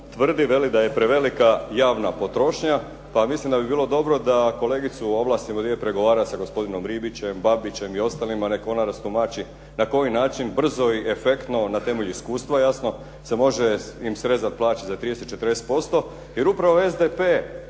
tvrdi, veli da je prevelika javna potrošnja. Pa mislim da bi bilo dobro da kolegicu ovlastimo da ide pregovarat sa gospodinom Ribićem, Babićem i ostalima, nek' ona rastumači na koji način brzo i efektno, na temelju iskustva jasno, se može im srezat plaće za 30, 40% jer upravo SDP